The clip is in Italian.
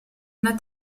una